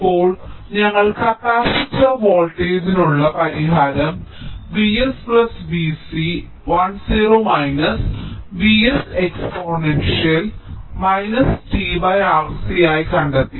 ഇപ്പോൾ ഞങ്ങൾ കപ്പാസിറ്റർ വോൾട്ടേജിനുള്ള പരിഹാരം V s V c l 0 V s exponential t R C ആയി കണ്ടെത്തി